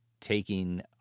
taking